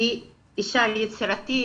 היא אישה יצירתית,